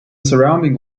surrounding